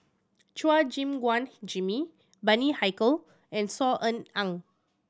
Chua Gim Guan Jimmy Bani Haykal and Saw Ean Ang